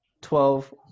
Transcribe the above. Twelve